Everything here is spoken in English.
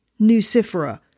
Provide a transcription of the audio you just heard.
Nucifera